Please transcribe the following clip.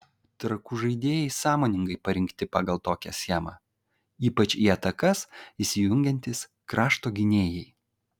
trakų žaidėjai sąmoningai parinkti pagal tokią schemą ypač į atakas įsijungiantys krašto gynėjai